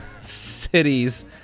cities